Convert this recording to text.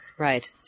Right